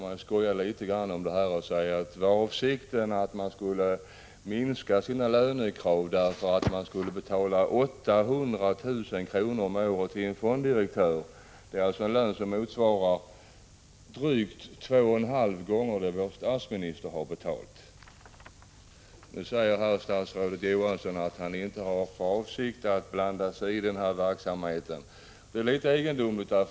Nu är det lätt att skoja om det och säga: Var avsikten att löntagarna skulle minska sina lönekrav därför att man skulle betala 800 000 kr. om året till en fonddirektör? Det är en lön som motsvarar drygt två och en halv gång det vår statsminister har betalt. Nu säger statsrådet Johansson att han inte har för avsikt att blanda sig i den här verksamheten. Det är litet egendomligt.